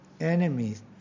Enemies